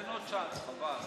תן עוד צ'אנס, חבל.